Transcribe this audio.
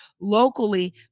locally